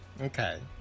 Okay